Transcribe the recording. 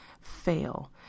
fail